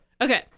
Okay